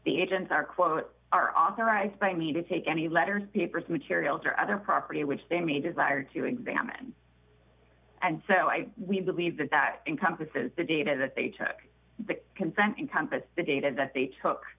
the agents are quote are authorized by me to take any letters papers materials or other property which they may desire to examine and so i we believe that that encompasses the data that they check the consent encompass the data that they took